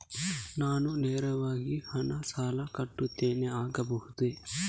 ನಾನು ನೇರವಾಗಿ ಹಣ ಸಾಲ ಕಟ್ಟುತ್ತೇನೆ ಆಗಬಹುದ?